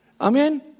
Amen